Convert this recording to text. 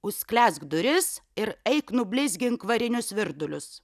užsklęsk duris ir eik nublizgink varinius virdulius